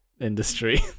Industry